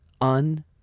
un